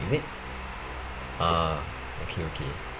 is it ah okay okay